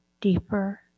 deeper